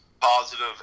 positive